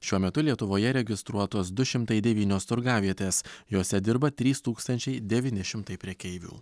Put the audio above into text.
šiuo metu lietuvoje registruotos du šimtai devynios turgavietės jose dirba trys tūkstančiai devyni šimtai prekeivių